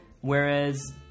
Whereas